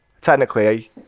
technically